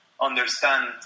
understand